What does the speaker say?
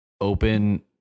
open